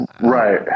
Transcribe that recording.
right